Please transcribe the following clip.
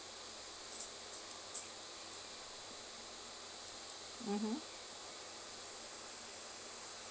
mmhmm